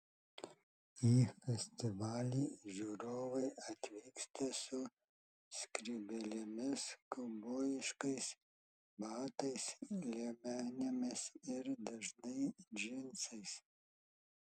į festivalį žiūrovai atvyksta su skrybėlėmis kaubojiškais batais liemenėmis ir dažnai džinsais